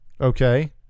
okay